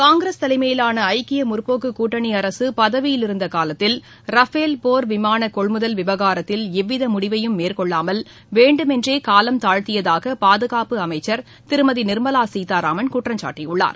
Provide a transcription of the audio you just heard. காங்கிரஸ் தலைமையிலான ஐக்கிய முற்போக்கு கூட்டணி அரசு பதவியில் இருந்த காலத்தில் ரஃபேல் போர் விமான கொள்முதல் விவகாரத்தில் எவ்வித முடிவையும் மேற்கொள்ளாமல் வேண்டுமென்றே காலம் தாழ்த்தியதாக பாதுகாப்பு அமைச்சர் திருமதி நிர்மலா சீதாராமன் குற்றம் சாட்டியுள்ளார்